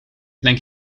denk